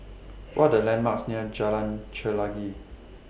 What Are The landmarks near Jalan Chelagi